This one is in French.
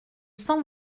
cent